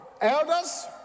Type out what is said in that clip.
elders